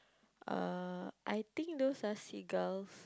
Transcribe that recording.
uh I think those are seagulls